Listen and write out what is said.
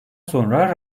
sonra